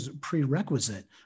prerequisite